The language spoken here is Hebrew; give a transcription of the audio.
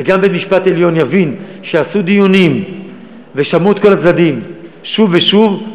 וגם בית-המשפט העליון יבין שעשו דיונים ושמעו את כל הצדדים שוב ושוב,